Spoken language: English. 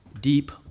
deep